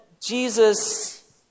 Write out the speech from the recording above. Jesus